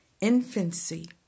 infancy